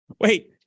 wait